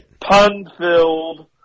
pun-filled